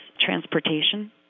transportation